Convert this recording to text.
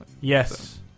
Yes